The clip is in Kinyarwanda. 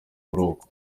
buroko